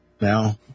now